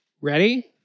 Ready